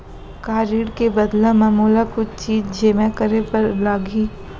का ऋण के बदला म मोला कुछ चीज जेमा करे बर लागही?